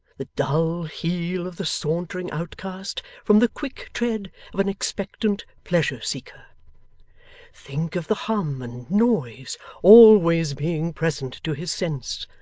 the dull heel of the sauntering outcast from the quick tread of an expectant pleasure-seeker think of the hum and noise always being present to his sense,